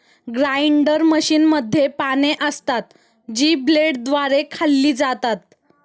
grinder मशीनमध्ये पाने असतात, जी ब्लेडद्वारे खाल्ली जातात